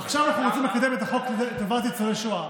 עכשיו אנחנו רוצים לקדם את החוק לטובת ניצולי השואה.